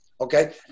okay